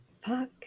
Fuck